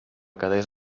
quedés